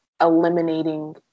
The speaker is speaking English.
eliminating